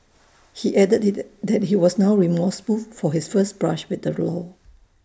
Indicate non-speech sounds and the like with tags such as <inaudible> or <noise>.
<noise> he added that he was now remorseful for his first brush with the law